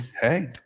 hey